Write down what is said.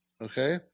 okay